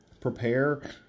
prepare